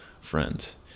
friends